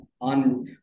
on